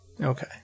okay